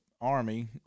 Army